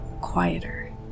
quieter